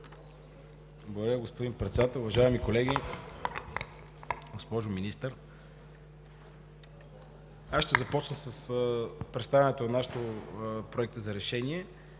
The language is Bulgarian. Благодаря, господин Председател. Уважаеми колеги, госпожо Министър, аз ще започна с представянето от нашата група на Проекта за решение